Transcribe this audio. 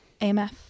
AMF